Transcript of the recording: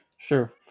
Sure